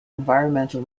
environmental